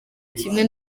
kimwe